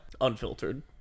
Unfiltered